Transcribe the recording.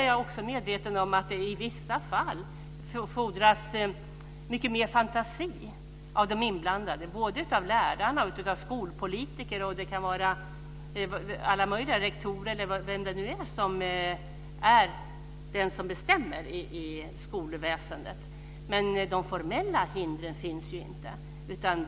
Jag är medveten om att det i vissa fall fordras mycket mer fantasi av de inblandade - både av lärare, skolpolitiker och rektorer, t.ex., som bestämmer i skolväsendet. Men de formella hindren finns inte.